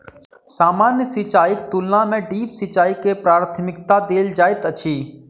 सामान्य सिंचाईक तुलना मे ड्रिप सिंचाई के प्राथमिकता देल जाइत अछि